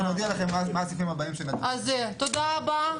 תודה רבה,